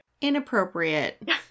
inappropriate